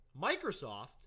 Microsoft –